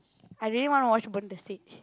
I really want to watch burn the stage